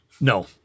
No